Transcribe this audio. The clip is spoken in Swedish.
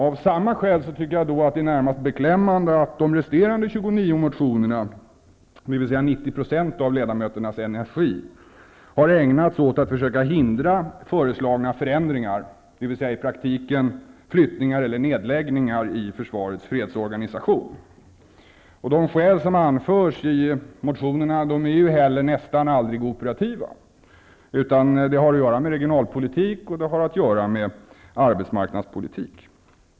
Av samma skäl tycker jag att det är närmast beklämmande att de resterande 29 motionerna, dvs. 90 % av ledamöternas energi, har ägnats åt att försöka hindra föreslagna förändringar, dvs. i praktiken flyttningar eller nedläggningar i försvarets fredsorganisation. De skäl som anförs i motionerna är heller nästan aldrig operativa. De har att göra med regionalpolitik och arbetsmarknadspolitik.